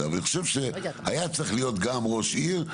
אבל אני חושב שהיה צריך להיות גם ראש עיר.